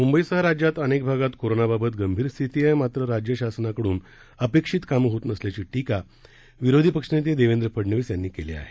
मुंबईसह राज्यात अनेक भागात कोरोनाबाबत गंभीर स्थिती आहे मात्र राज्य शासनाकडून अपेक्षीत काम होत नसल्याची टीका विरोधी पक्ष नेते देवेंद्र फडनवीस यांनी केली आहे